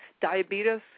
diabetes